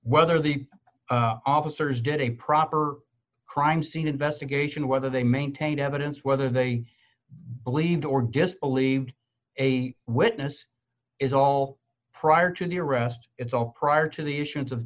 whether the officers did a proper crime scene investigation whether they maintained evidence whether they believed or disbelieved a witness is all prior to the arrest it's all prior to the issu